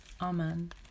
Amen